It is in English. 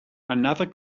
another